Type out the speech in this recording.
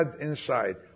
inside